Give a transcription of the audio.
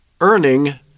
earning